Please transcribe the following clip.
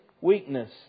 weakness